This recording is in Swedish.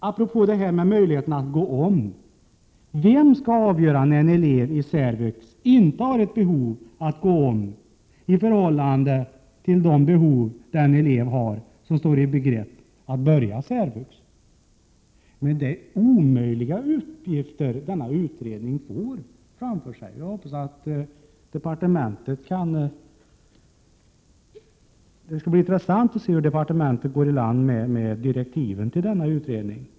Apropå möjligheten att gå om: Vem skall avgöra när en elev i särvux inte har ett behov att gå om i förhållande till de behov den elev har som står i begrepp att börja inom särvux? Det är omöjliga uppgifter som utredningen har framför sig. Det skall bli intressant att se vilka direktiv departementet ger till denna utredning.